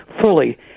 fully